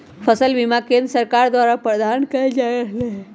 फसल बीमा केंद्र सरकार द्वारा प्रदान कएल जा रहल हइ